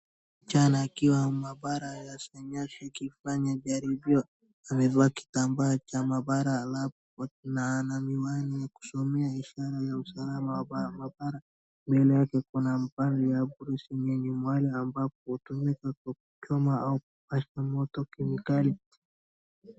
Kijana akiwa maabara ya sayansi akifanya jaribio. Amevaa kitambaa cha maabara, alafu pia ana miwani ya kusomea ishara ya usalama wa maabara. Mbele yake kuna mahali ya Bunsen burner yenye ambapo hutumika kwa kuchoma au kupasha moto kemikali.